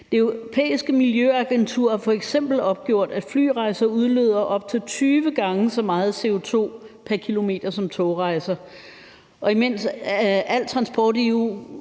Det Europæiske Miljøagentur har f.eks. opgjort, at flyrejser udleder op til 20 gange så meget CO2 pr. kilometer som togrejser. Mens al transport i EU